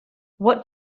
what